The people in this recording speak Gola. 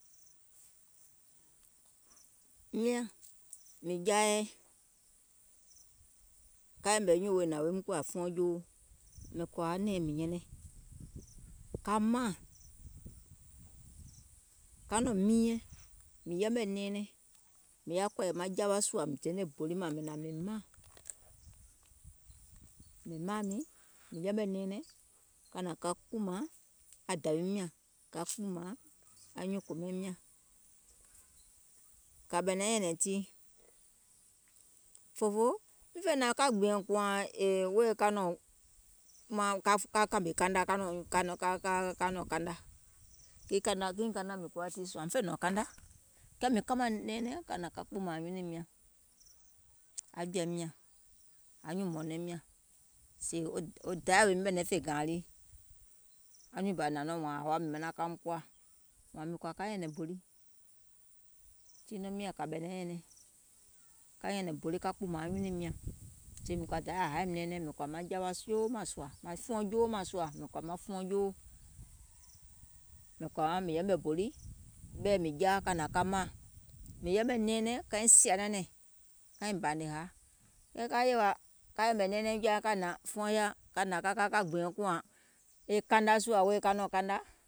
Miȧŋ mìŋ jaa yɛi ka yɛ̀mɛ̀ nyùùŋ wo hnȧŋ woum kòȧ fuɔŋ joo, mìŋ kɔ̀ȧa nɛ̀ɛ̀ŋ mìŋ nyɛnɛŋ, ka maȧŋ, ka nɔ̀ŋ miinyɛŋ, mìŋ yɛmɛ̀ nɛɛnɛŋ, mìŋ yaȧ kɔ̀ɔ̀yɛ̀ maŋ jawa sùȧ dene bòli mȧŋ mìŋ hnȧŋ mìŋ maȧŋ, mìŋ maȧŋ miìŋ mìŋ yɛmɛ̀ nɛɛnɛŋ ka hnȧŋ ka kpùùmȧŋ aŋ dȧwiim nyȧŋ, ka kpùùmȧŋ anyuùŋ kòmaim nyȧŋ, kȧ ɓɛ̀nɛ̀ŋ nyɛ̀nɛ̀ŋ tii, fòfoo, miŋ fè hnȧŋ ka gbìȧŋ kùȧŋ wèè ka nɔ̀ŋ kana, kiìŋ kana mìŋ kuwa tii sùȧ, fè nɔ̀ŋ kana, kɛɛ mìŋ kamȧŋ nɛɛnɛŋ ka hnȧŋ ka kpùùmȧŋ nyunùum nyȧŋ, aŋ jɔ̀ȧim nyȧŋ, anyuùŋ mɔ̀ɔ̀nɔim nyàŋ, sèè wo dayȧ wòim ɓɛ̀nɛ̀ŋ fè gȧȧŋ lii, wo nyùùŋ bà hnȧŋ nɔŋ wȧȧŋ hȧwa manaŋ kaum koȧ, mìŋ kɔ̀à ka nyɛ̀nɛ̀ŋ bòli, tiiŋ nɔŋ miȧŋ kȧ ɓɛ̀nɛ̀ŋ nyɛ̀nɛŋ, ka nyɛ̀nɛ̀ŋ bòli ka kpùùmȧŋ nyunùim nyȧŋ, sèèm kɔ̀ȧ dayȧ haȧìm nɛɛnɛŋ mìŋ kɔ̀ȧ maŋ jawa joo mȧŋ sùȧ, maŋ fuɔŋ joo mȧŋ sùȧ, mìŋ kɔ̀ȧ maŋ fuɔŋ joo, mìŋ kɔ̀ȧa mìŋ yɛmɛ̀ bòli ɓɛ̀i mìŋ jaȧ ka hnȧŋ ka maȧŋ, mìŋ yɛmɛ̀ nɛɛnɛŋ kaiŋ sìȧ nɛnɛ̀ŋ kaiŋ bȧnè hȧa, kɛɛ kai yèwȧ ka yɛ̀mɛ̀ nɛɛnɛŋ jɔa ka hnȧŋ fuɔŋ yaȧ ka hnȧŋ ka ka ka gbìȧŋ kùȧŋ e kana sùȧ wèè ka nɔ̀ŋ kana,